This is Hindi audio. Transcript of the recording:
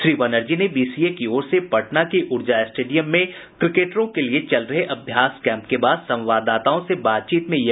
श्री बनर्जी ने बीसीए की ओर से पटना के ऊर्जा स्टेडियम में क्रिकेटरों के लिए चल रहे अभ्यास कैंप के बाद संवाददाताओं से बातचीत कर रहे थे